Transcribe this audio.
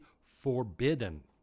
forbidden